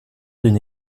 d’une